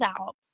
out